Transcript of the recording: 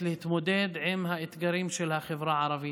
להתמודד עם האתגרים של החברה הערבית.